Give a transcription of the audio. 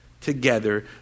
together